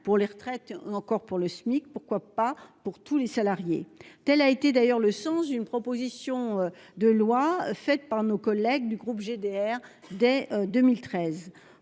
pour les retraites ou encore pour le SMIC. Pourquoi pas pour tous les salariés ? Tel était d'ailleurs le sens d'une proposition de loi déposée par nos collègues de l'Assemblée